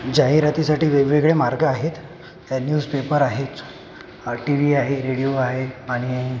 जाहिरातीसाठी वेगवेगळे मार्ग आहेत तर न्यूजपेपर आहेत टी व्ही आहे रेडिओ आहे आणि